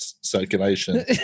circulation